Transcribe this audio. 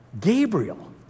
Gabriel